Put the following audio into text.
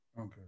Okay